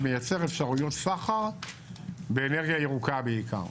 מייצר אפשרויות סחר באנרגיה ירוקה בעיקר.